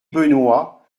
benoit